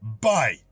Bye